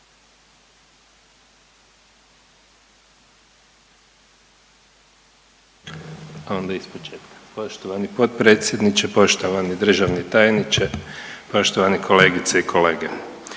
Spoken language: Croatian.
(Nezavisni)** Poštovani potpredsjedniče, poštovani državni tajniče, poštovani kolegice i kolege.